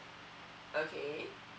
okay